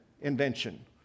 invention